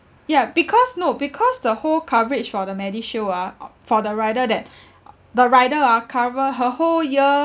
ya because no because the whole coverage for the MediShield ah for the rider that the rider ah cover her whole year